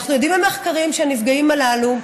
אנחנו יודעים ממחקרים שהנפגעים הללו,